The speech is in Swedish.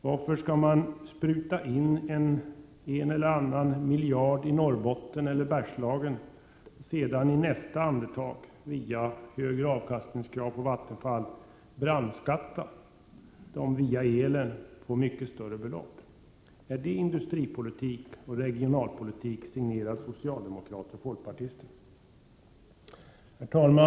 Varför skall man spruta in en eller annan miljard i Norrbotten eller Bergslagen, när man i nästa andedrag— i form av högre krav på avkastning i Vattenfall och därmed högre eltaxor — brandskattar dem på ett mycket större belopp? Är det industripolitik och regionalpolitik, signerad socialdemokrater och folkpartister. Herr talman!